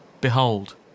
Behold